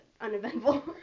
Uneventful